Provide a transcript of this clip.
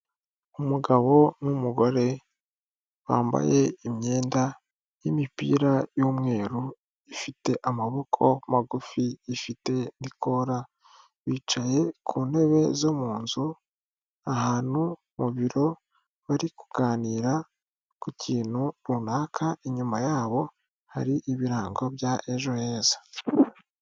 Umugabo n'umugore bambaye imyenda y'imipira y'umweru ifite amaboko magufi, ifite n'ikora bicaye ku ntebe zo mu nzu ahantu mu biro bari kuganira ku kintu runaka, inyuma y'abo hari ibirango bya ejo heza.